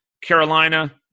Carolina